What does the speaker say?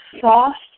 soft